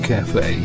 Cafe